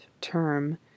term